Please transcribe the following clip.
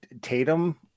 tatum